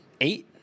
Eight